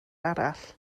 arall